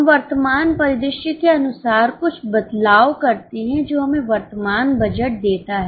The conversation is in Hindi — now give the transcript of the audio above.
हम वर्तमान परिदृश्य के अनुसार कुछ बदलाव करते हैं जो हमें वर्तमान बजट देता है